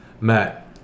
Matt